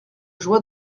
joie